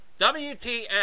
WTF